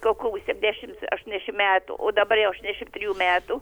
kokių septyniasdešimts aštuoniasdešim metų o dabar jau aštuoniasdešim trijų metų